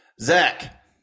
Zach